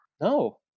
No